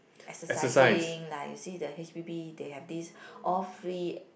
exercising like you see the H_p_B they have these all free